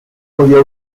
podía